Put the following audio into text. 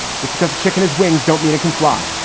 just because a chicken is wings don't mean it can fly.